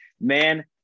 Man